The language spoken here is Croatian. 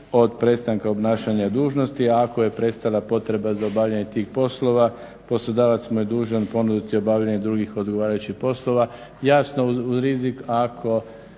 od prestanka obnašanja dužnosti ako je prestala potreba za obavljanje tih poslova poslodavac mu je dužan ponuditi obavljanje drugih odgovarajućih poslova jasno uz rizik ako